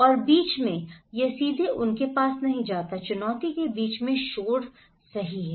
और बीच में यह सीधे उनके पास नहीं जाता चुनौती के बीच में शोर सही है